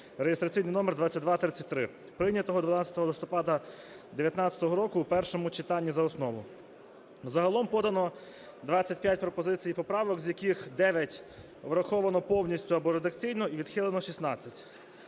(реєстраційний номер 2233), прийнятого 12 листопада 19-го року в першому читанні за основу. Загалом подано 25 пропозицій і поправок, з яких 9 враховано повністю або редакційно і відхилено 16.